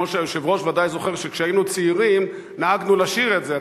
כמו שהיושב-ראש ודאי זוכר שכשהיינו צעירים נהגנו לשיר את זה,